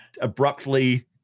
abruptly